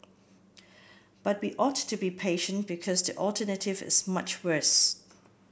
but we ought to be patient because the alternative is much worse